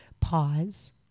pause